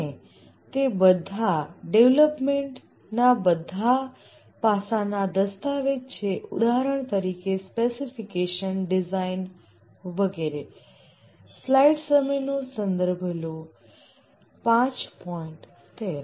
અને તે બધા ડેવલપમેન્ટના બધા પાસાના દસ્તાવેજ છે ઉદાહરણ તરીકે સ્પેસિફિકેશન ડિઝાઇન વગેરે